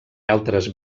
altres